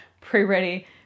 pre-ready